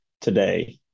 today